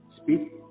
speak